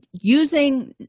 using